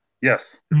Yes